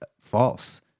false